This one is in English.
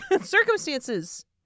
Circumstances